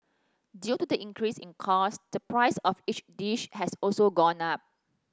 due to the increase in cost the price of each dish has also gone up